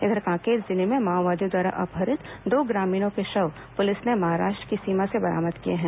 इधर कांकेर जिले से माओवादियों द्वारा अपहित दो ग्रामीणों के शव पुलिस ने महाराष्ट्र की सीमा से बरामद किए हैं